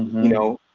you know.